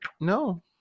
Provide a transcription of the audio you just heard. no